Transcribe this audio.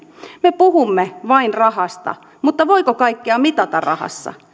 me puhumme vain rahasta mutta voiko kaikkea mitata rahassa